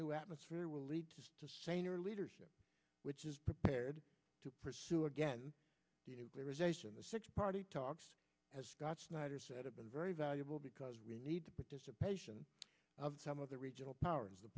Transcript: new atmosphere will lead to saner leadership which is prepared to pursue again party talks as scott snyder said have been very valuable because we need the participation of some of the regional powers the